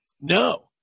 No